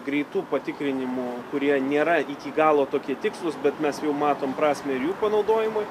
greitų patikrinimų kurie nėra iki galo tokie tikslūs bet mes jau matom prasmę ir jų panaudojimui